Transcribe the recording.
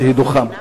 שהיא דוחה.